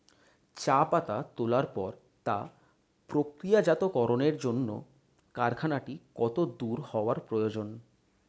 চা পাতা তোলার পরে তা প্রক্রিয়াজাতকরণের জন্য কারখানাটি কত দূর হওয়ার প্রয়োজন?